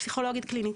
פסיכולוגית קלינית.